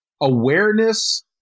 awareness